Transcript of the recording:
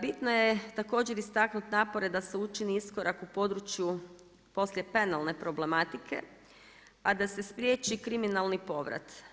Bitno je također istaknuti napore da se učini iskorak u području poslijepenalne problematike a da se spriječi kriminalni povrat.